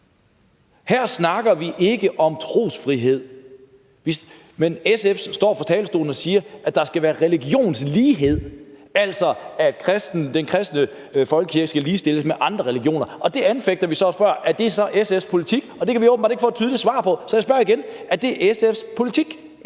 Her snakker vi ikke om trosfrihed, men SF står fra talerstolen og siger, at der skal være religionslighed, altså at den kristne folkekirke skal ligestilles med andre religioner, og det anfægter vi så og spørger: Er det SF's politik? Og det kan vi åbenbart ikke få et tydeligt svar på. Så jeg spørger igen: Er det SF's politik?